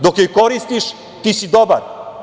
Dok joj koristiš ti si dobar.